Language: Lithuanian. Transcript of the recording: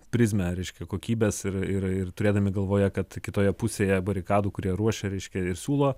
prizmę reiškia kokybės ir ir turėdami galvoje kad kitoje pusėje barikadų kurie ruošia reiškia ir siūlo